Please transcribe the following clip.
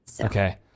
Okay